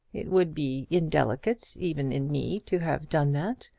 it would be indelicate even in me to have done that.